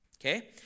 okay